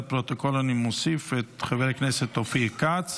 לפרוטוקול אני מוסיף את חבר הכנסת אופיר כץ,